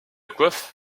coiffe